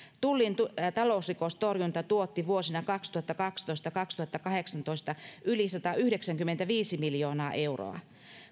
tullin talousrikostorjunta tuotti vuosina kaksituhattakaksitoista viiva kaksituhattakahdeksantoista yli satayhdeksänkymmentäviisi miljoonaa euroa